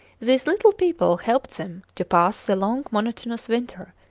these little people helped them to pass the long monotonous winter,